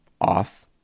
off